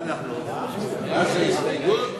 הסתייגות?